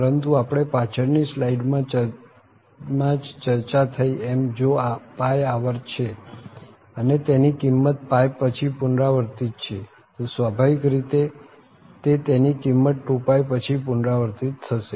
પરંતુ આપણે પાછળ ની સ્લાઈડ માં જ ચર્ચા થઇ એમ જો આવર્ત છે અને તેની કિંમત પછી પુનરાવર્તિત છે તો સ્વાભાવિક રીતે તે તેની કિંમત 2π પછી પુનરાવર્તિત થશે